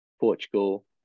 Portugal